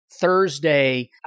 Thursday